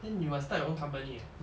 then you must start your own company eh